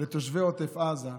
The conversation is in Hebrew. לתושבי עוטף עזה.